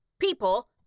People